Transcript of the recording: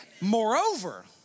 Moreover